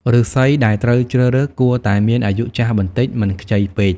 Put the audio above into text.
ឫស្សីដែលត្រូវជ្រើសរើសគួរតែមានអាយុចាស់បន្តិច មិនខ្ចីពេក។